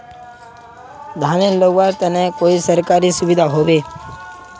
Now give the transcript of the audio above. धानेर लगवार तने कोई सरकारी सुविधा होबे?